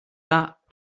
that